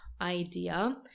idea